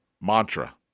Mantra